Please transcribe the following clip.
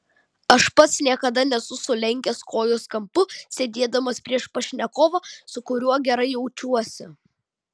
aš pats niekada nesu sulenkęs kojos kampu sėdėdamas prieš pašnekovą su kuriuo gerai jaučiuosi